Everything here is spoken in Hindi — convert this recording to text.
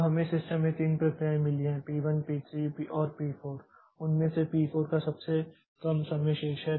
अब हमें सिस्टम में तीन प्रक्रियाएँ मिली हैं P 1 P 3 और P 4 और उनमें से P 4 का सबसे कम समय शेष है